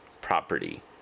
property